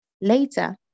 Later